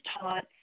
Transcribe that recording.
taught